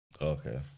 Okay